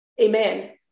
Amen